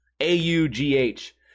A-U-G-H